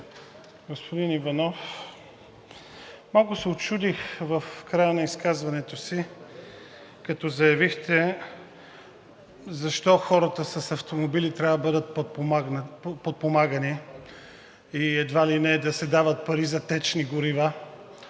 Господин Иванов, малко се учудих, като в края на изказването си заявихте защо хората с автомобили трябва да бъдат подпомагани и едва ли не да се дават пари за течни горива,